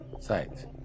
sites